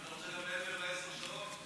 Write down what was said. אתה רוצה מעבר לעשר השעות?